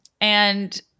and-